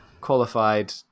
qualified